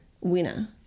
winner